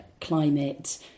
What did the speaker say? climate